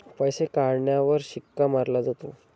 पैसे काढण्यावर शिक्का मारला जातो